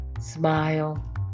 smile